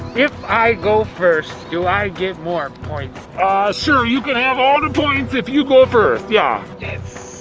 if i go first, do i get more points. ah sure, you can have all the points if you go first. yeah yes!